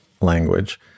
language